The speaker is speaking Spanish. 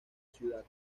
ciudad